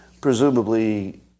presumably